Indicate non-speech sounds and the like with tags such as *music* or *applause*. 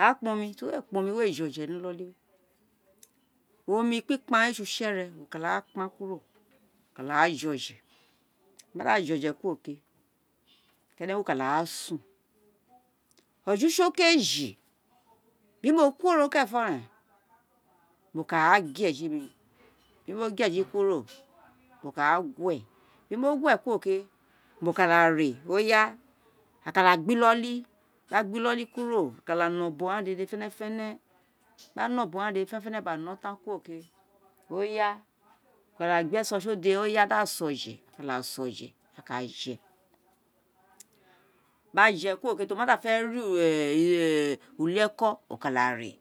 rakpan omi ira ti we kpan ami we je̱ o̱je̱ ni inoli we̱ *noise* omi kpikpan owun ré sé use̱ re, kpan kuro, wo kawa je̱ oje̱ *noise* wo ma da je̱ oje̱ kuro o ke̱, kenekun ka rasun o̱jo̱ use̱ okeji mi mo kuoro ke̱ renfo̱ re̱n mo ka a gue eji mi bi mo gue eji kuro mo kaa gue bi mo gue kuro ke̱, mo kada re *unintelligible* aghan ka da gba inoli, a ma da gba inoli kuro, aghan ka no̱ ubo ghan dede fe̱ne̱fe̱ne̱ ama no ubo ghan dede fe̱ne̱fe̱ne̱ gba no kuro ke *unintelligible* e̱ne̱ ka da gbe eso si odé dáà se ojé ka je̱ *noise* ti a je kuro wé ti o mada fe̱ ré ugha *hesitation* uli eko ka da ré